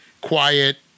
quiet